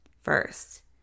first